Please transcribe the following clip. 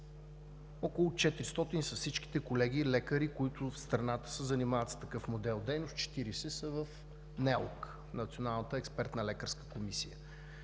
Около 400 са всичките колеги лекари в страната, които се занимават с такъв модел дейност, 40 са в НЕЛК – Националната експертна лекарска комисия.